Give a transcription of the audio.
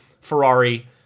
Ferrari